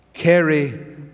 Carry